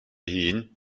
hun